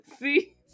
see